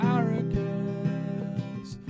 Arrogance